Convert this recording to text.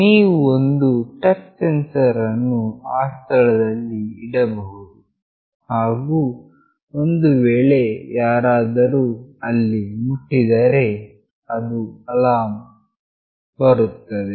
ನೀವು ಒಂದು touch sensor ಅನ್ನು ಆ ಸ್ಥಳಗಳಲ್ಲಿ ಇಡಬಹುದು ಹಾಗು ಒಂದು ವೇಳೆ ಯಾರಾದರು ಅಲ್ಲಿ ಮುಟ್ಟಿದರೆ ಒಂದು ಅಲಾರ್ಮ್ ವು ಬರುತ್ತದೆ